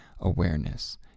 awareness